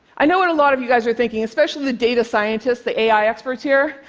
i know what a lot of you guys are thinking, especially the data scientists, the ai experts here.